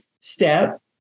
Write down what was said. step